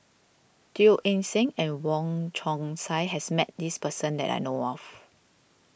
Teo Eng Seng and Wong Chong Sai has met this person that I know of